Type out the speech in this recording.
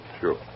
sure